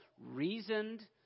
reasoned